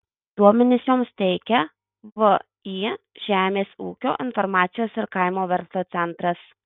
duomenis joms teikia vį žemės ūkio informacijos ir kaimo verslo centras